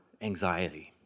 anxiety